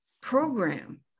program